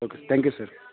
okay thank you sir